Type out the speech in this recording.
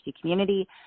Community